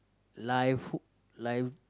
life life